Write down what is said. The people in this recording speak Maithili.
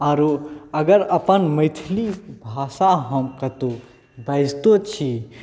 आओर अगर अपन मैथिली भाषा हम कतहु बाजितौ छी